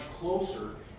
closer